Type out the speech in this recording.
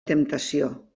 temptació